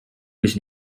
was